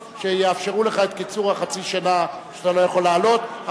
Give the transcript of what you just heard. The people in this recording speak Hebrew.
שיאפשרו לך את קיצור חצי השנה שאתה לא יכול להעלות,